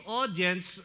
audience